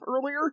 earlier